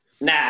Nah